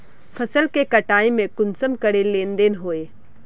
फसल के कटाई में कुंसम करे लेन देन होए?